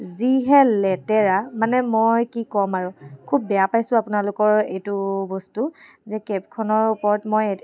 যি হে লেতেৰা মানে মই কি ক'ম আৰু খুব বেয়া পাইছোঁ আপোনালোকৰ এইটো বস্তু যে কেবখনৰ ওপৰত মই